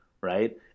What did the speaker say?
right